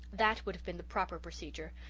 that would have been the proper procedure.